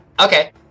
Okay